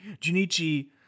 Junichi